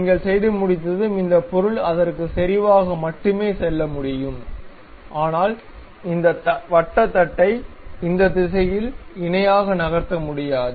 நீங்கள் செய்து முடித்ததும் இந்த பொருள் அதற்க்குச் செறிவாக மட்டுமே செல்ல முடியும் ஆனால் இந்த வட்ட தட்டை இந்த திசையில் இணையாக நகர்த்த முடியாது